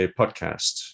podcast